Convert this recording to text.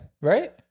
right